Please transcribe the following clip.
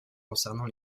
concernant